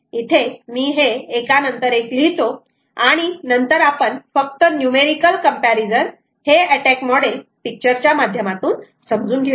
इथे मी हे एकानंतर एक लिहितो आणि नंतर आपण फक्त न्यूमेरिकल कम्पॅरिझन हे अटॅक मॉडेल पिक्चर च्या माध्यमातून समजून घेऊ